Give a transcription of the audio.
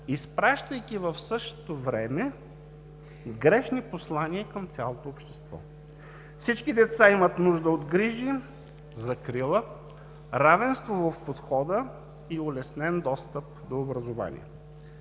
изпращайки в същото време грешни послания към цялото общество. Всички деца имат нужда от грижи, закрила, равенство в подхода и улеснен достъп до образование.